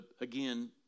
again